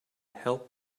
help